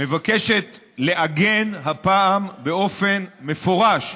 מבקשת לעגן, הפעם באופן מפורש,